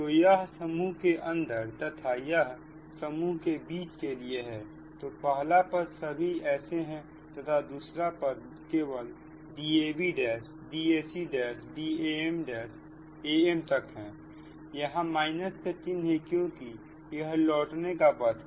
तो यह समूह के अंदर तथा यह समूह के बीच के लिए है तो पहला पद सभी ऐसे हैं तथा दूसरा पद केवल DabDacDam am तक है यहां माइनस का चिन्ह है क्योंकि यह लौटने का पथ है